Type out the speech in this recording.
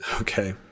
Okay